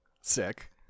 Sick